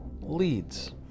leads